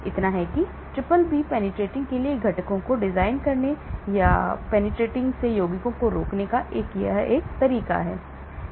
इतना है कि BBB penetrating के लिए घटकों को डिजाइन करने या BBB penetrating से यौगिकों को रोकने का एक तरीका है